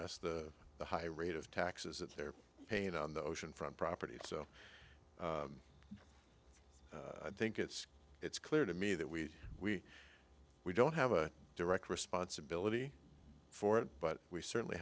us the high rate of taxes that they're paying on the ocean front property so i think it's it's clear to me that we we we don't have a direct responsibility for it but we certainly